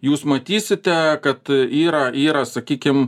jūs matysite kad yra yra sakykim